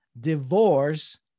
Divorce